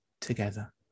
together